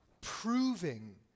proving